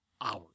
hours